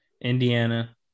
Indiana